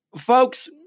Folks